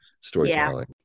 storytelling